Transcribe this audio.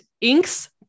inks